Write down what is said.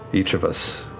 each of us,